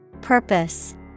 Purpose